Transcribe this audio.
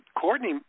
Courtney